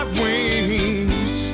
wings